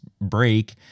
break